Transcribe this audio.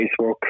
Facebook